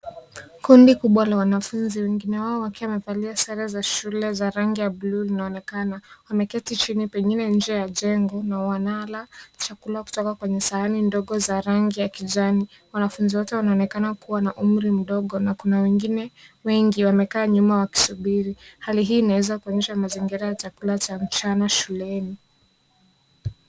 Kundi kubwa la wanafunzi wengine wao wakiwa wamevalia sare za shule za rangi ya bluu linaonekana. Wameketi chini pengine nje ya jengo na wanala chakula kutoka kwenye sahani ndogo za rangi ya kijani. Wanafunzi wote wanaonekana kuwa na umri mdogo na kuna wengine wengi wamekaa nyuma wakisubiri. Hali hii inaweza kuonyesha mazingira ya chakula cha mchana shuleni.